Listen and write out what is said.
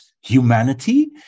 humanity